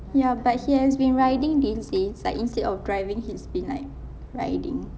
ya but he has been riding these days like instead of driving he's been like riding